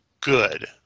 good